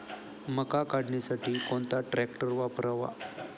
मका काढणीसाठी कोणता ट्रॅक्टर वापरावा?